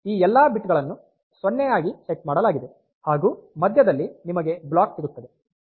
ಈ ಎಲ್ಲಾ ಬಿಟ್ ಗಳನ್ನು 0 ಆಗಿ ಸೆಟ್ ಮಾಡಲಾಗಿದೆ ಹಾಗು ಮಧ್ಯದಲ್ಲಿ ನಿಮಗೆ ಬ್ಲಾಕ್ ಸಿಗುತ್ತದೆ